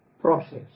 process